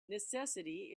necessity